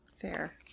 fair